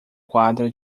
quadra